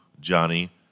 Johnny